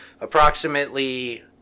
Approximately